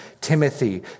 Timothy